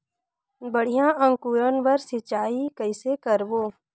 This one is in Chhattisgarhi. बढ़िया अंकुरण बर सिंचाई कइसे करबो?